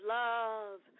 love